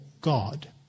God